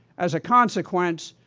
as a consequence,